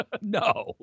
No